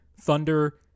Thunder